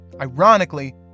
Ironically